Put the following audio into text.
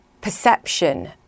perception